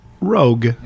rogue